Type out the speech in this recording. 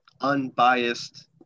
Unbiased